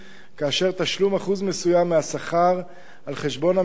כאשר תשלום אחוז מסוים מהשכר הוא על חשבון המדינה,